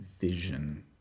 vision